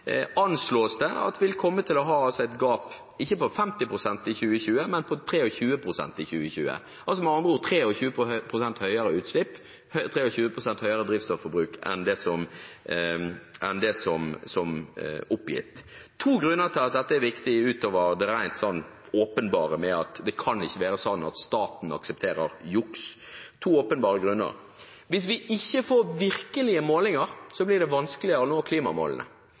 å være et gap – ikke på 50 pst. i 2020, men på 23 pst. i 2020 – med andre ord et drivstofforbruk 23 pst. høyere enn oppgitt. Det er to grunner til at dette er viktig utover det rent åpenbare med at det ikke kan være sånn at staten aksepterer juks. Hvis vi ikke får virkelige målinger, blir det vanskeligere å nå klimamålene,